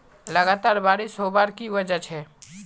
लगातार बारिश होबार की वजह छे?